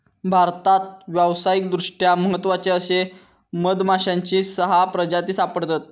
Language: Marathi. भारतात व्यावसायिकदृष्ट्या महत्त्वाचे असे मधमाश्यांची सहा प्रजाती सापडतत